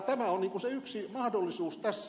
tämä on se yksi mahdollisuus tässä